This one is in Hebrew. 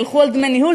ילכו על דמי ניהול.